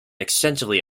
extensively